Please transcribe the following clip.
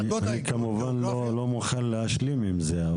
אני כמובן לא מוכן להשלים עם זה.